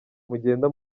mugenda